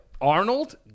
Arnold